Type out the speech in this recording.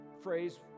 phrase